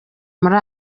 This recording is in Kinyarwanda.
muri